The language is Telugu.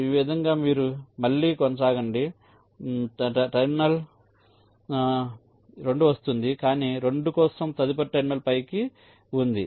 ఈ విధంగా మీరు మళ్ళీ కొనసాగండి ఈ టెర్మినల్ 2 వస్తోంది కానీ 2 కోసం తదుపరి టెర్మినల్ పైకి ఉంది